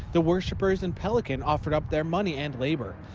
the worshippers in pelican offered up their money and labor.